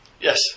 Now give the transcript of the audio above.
Yes